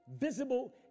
visible